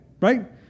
right